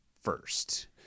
first